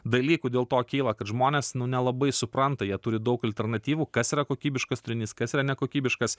dalykų dėl to kyla kad žmonės nelabai supranta jie turi daug alternatyvų kas yra kokybiškas turinys kas yra nekokybiškas